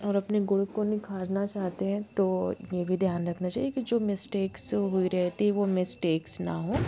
और अपने गुण को निखारना चाहते हैं तो ये भी ध्यान रखना चाहिए कि जो मिसटेक्स हुई रहती वो मिसटेक्स ना हो